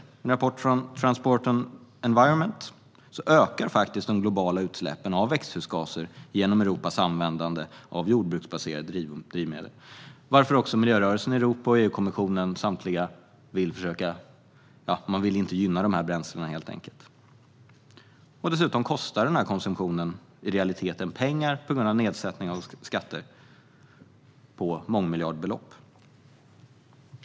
Enligt en rapport från Transport and Environment ökar faktiskt de globala utsläppen av växthusgaser genom Europas användande av jordbruksbaserade drivmedel, varför miljörörelsen i Europa och EU-kommission inte vill gynna dessa bränslen. Dessutom kostar denna konsumtion i realiteten pengar på grund av nedsättning av skatter - detta rör sig om mångmiljardbelopp.